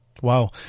Wow